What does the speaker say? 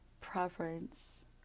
preference